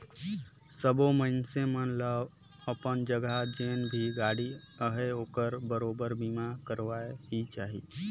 सबो मइनसे मन ल अपन जघा जेन भी गाड़ी अहे ओखर बरोबर बीमा करवाना ही चाही